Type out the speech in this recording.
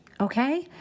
okay